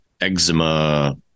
eczema